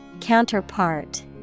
Counterpart